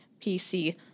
PC